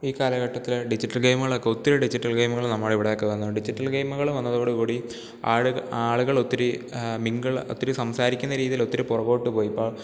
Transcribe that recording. ഈ കാലഘട്ടത്തിൽ ഡിജിറ്റൽ ഗെയിമുകളൊക്കെ ഒത്തിരി ഡിജിറ്റൽ ഗെയിമുകൾ നമ്മുടെ ഇവിടെയൊക്കെ വന്നു ഡിജിറ്റൽ ഗെയിമുകൾ വന്നതോടുകൂടി ആളുക ആളുകളൊത്തിരി മിങ്കിൾ ഒത്തിരി സംസാരിക്കുന്ന രീതിയിലൊത്തിരി പുറകോട്ടു പോയി ഇപ്പം